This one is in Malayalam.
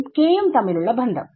യും k യും തമ്മിലുള്ള ബന്ധം